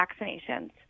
vaccinations